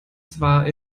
zwar